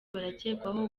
barakekwaho